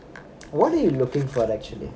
what are you looking for actually